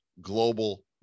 global